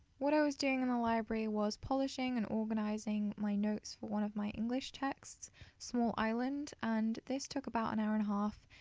what i was doing in the library was polishing and organising my notes for one of my english texts small island and this took about an hour and a half,